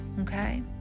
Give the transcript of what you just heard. okay